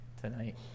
tonight